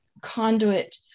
conduit